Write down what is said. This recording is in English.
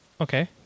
Okay